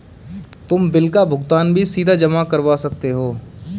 तुम बिल का भुगतान भी सीधा जमा करवा सकते हो